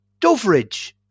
Doveridge